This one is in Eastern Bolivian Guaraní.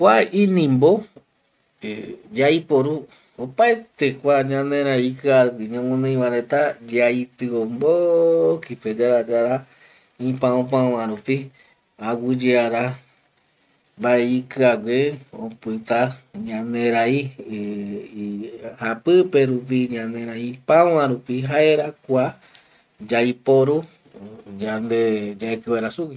Kua inimbo eh yaiporu opaete kua ñanerai ikiavagui ñoguinoiva reta yaitio mbokipe yara yara ipaupaua rupi aguiyeara mbae opita ñanerai eh japipe rupi, ñanerai ipaua rupi jaera kua yaiporu yande yaeki vaera sugui